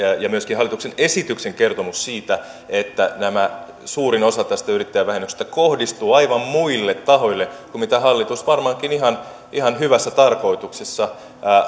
ja myöskin hallituksen esityksen kertomus siitä että suurin osa tästä yrittäjävähennyksestä kohdistuu aivan muille tahoille kuin mitä hallitus varmaankin ihan ihan hyvässä tarkoituksessa